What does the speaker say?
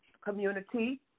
community